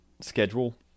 schedule